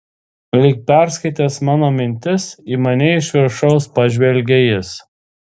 lyg perskaitęs mano mintis į mane iš viršaus pažvelgė jis